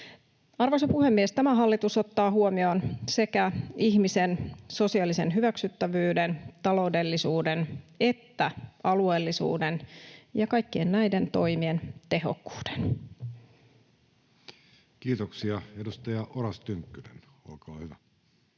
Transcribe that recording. Arvoisa puhemies! Tämä hallitus ottaa huomioon sekä ihmisen sosiaalisen hyväksyttävyyden, taloudellisuuden että alueellisuuden ja kaikkien näiden toimien tehokkuuden. [Speech 66] Speaker: Jussi Halla-aho